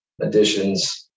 additions